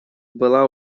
была